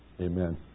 Amen